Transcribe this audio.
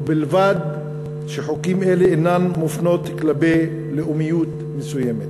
ובלבד שחוקים אלה אינם מופנים כלפי לאומיות מסוימת.